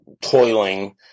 toiling